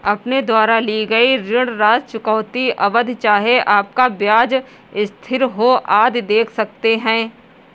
अपने द्वारा ली गई ऋण राशि, चुकौती अवधि, चाहे आपका ब्याज स्थिर हो, आदि देख सकते हैं